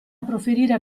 proferire